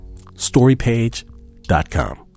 storypage.com